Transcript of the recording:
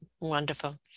Wonderful